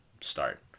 start